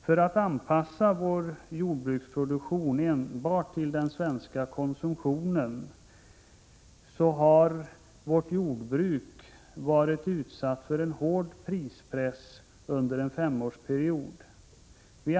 För att jordbruksproduktionen skall kunna anpassas enbart till den svenska konsumtionen har jordbruket varit utsatt för hård prispress under en femårsperiod.